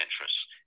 interests